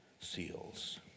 seals